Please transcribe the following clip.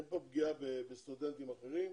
אין פה פגיעה בסטודנטים אחרים.